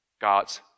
God's